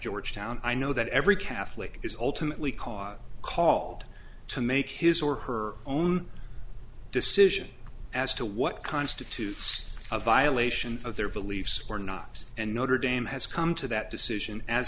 georgetown i know that every catholic is ultimately cause called to make his or her own decision as to what constitutes a violation of their beliefs or not and notre dame has come to that decision as